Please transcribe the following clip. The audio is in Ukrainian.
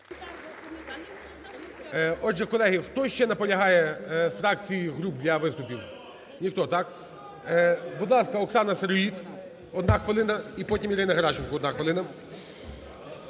Отже, колеги, хто ще наполягає від фракцій і груп для виступів? Ніхто, так? Будь ласка, Оксана Сироїд, одна хвилина, і потім – Ірина Геращенко, одна хвилина.